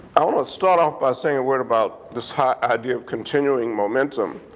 i want to start off by saying a word about this hot idea of continuing momentum.